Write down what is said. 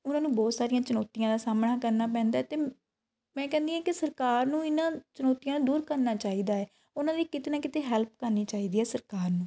ਉਨ੍ਹਾਂ ਨੂੰ ਬਹੁਤ ਸਾਰੀਆਂ ਚੁਨੌਤੀਆਂ ਦਾ ਸਾਹਮਣਾ ਕਰਨਾ ਪੈਂਦਾ ਅਤੇ ਮੈਂ ਕਹਿੰਦੀ ਹਾਂ ਕਿ ਸਰਕਾਰ ਨੂੰ ਇਨ੍ਹਾਂ ਚੁਣੌਤੀਆਂ ਨੂੰ ਦੂਰ ਕਰਨਾ ਚਾਹੀਦਾ ਹੈ ਉਹਨਾਂ ਦੀ ਕਿਤੇ ਨਾ ਕਿਤੇ ਹੈਲਪ ਕਰਨੀ ਚਾਹੀਦੀ ਹੈ ਸਰਕਾਰ ਨੂੰ